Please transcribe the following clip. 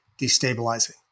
destabilizing